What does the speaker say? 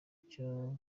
cyo